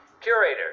curator